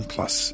Plus